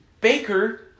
Baker